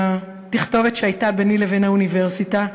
מהתכתובת שהייתה ביני לבין האוניברסיטה,